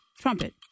Trumpet